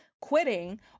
quitting